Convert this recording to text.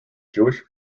jewish